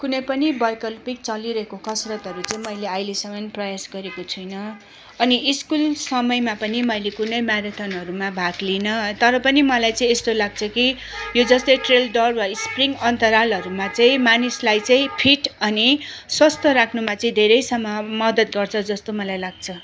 कुनै पनि बैकल्पिक चलिरहेको कसरतहरू चाहिँ मैले आइलेसम्म प्रयास गरेको छुइनँ अनि स्कुल समयमा पनि मैले कुनै म्याराथनहरूमा भाग लिइनँ तर पनि मलाई चाहिँ यस्तो लाग्छ कि यो जस्तै ट्रेल दौड वा स्प्रिन्ट अन्तरालहरूमा चाहिँ मानिसलाई चाहिँ फिट अनि स्वास्थ्य राख्नुमा चाहिँ धेरैसम्म मदद गर्छ जस्तो मलाई लाग्छ